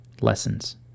lessons